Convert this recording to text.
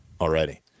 already